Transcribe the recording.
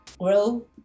grow